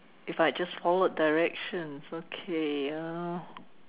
it's like just forward directions okay uh